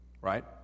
Right